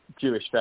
Jewish